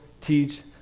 teach